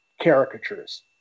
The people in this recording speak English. caricatures